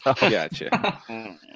Gotcha